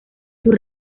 sus